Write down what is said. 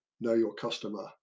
know-your-customer